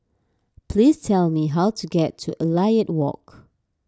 please tell me how to get to Elliot Walk